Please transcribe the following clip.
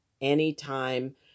anytime